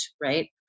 Right